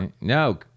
No